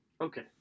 Okay